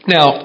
Now